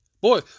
Boy